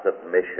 submission